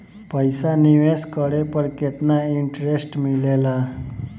पईसा निवेश करे पर केतना इंटरेस्ट मिलेला?